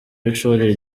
w’ishuri